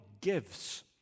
gives